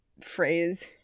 phrase